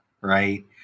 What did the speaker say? right